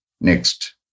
Next